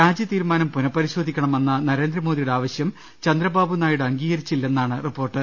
രാജി തീരുമാനം പുനപരിശോധിക്ക ണമെന്ന നരേന്ദ്രമോദിയുടെ ആവശ്യം ചന്ദ്രബാബു നായിഡു അംഗീക രിച്ചില്ലെന്നാണ് റിപ്പോർട്ട്